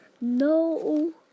no